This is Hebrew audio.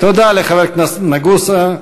תודה לחבר הכנסת נגוסה.